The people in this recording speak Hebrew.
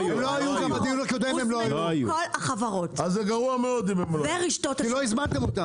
הוזמנו כל החברות ורשתות השיווק.